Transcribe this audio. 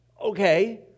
Okay